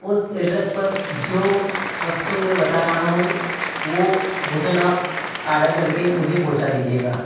उस एड्रेस पर जो वस्तु में बता रहा हूँ वो भोजन आप ऑर्डर करके मुझे पहुँचा दीजिएगा